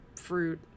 fruit